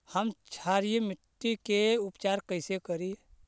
हम क्षारीय मिट्टी के उपचार कैसे करी?